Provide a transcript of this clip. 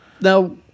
Now